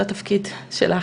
זה התפקיד שלך.